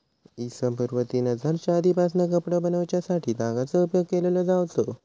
इ.स पूर्व तीन हजारच्या आदीपासना कपडो बनवच्यासाठी तागाचो उपयोग केलो जावचो